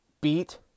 beat